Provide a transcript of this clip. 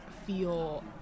feel